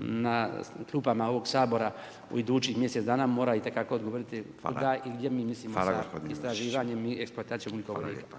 na klupama ovog Sabora u idućih mjesec dana mora itekako odgovoriti …/Govornik se ne razumije./… i gdje mi mislimo sa istraživanjem i eksploatacijom ugljikovodika.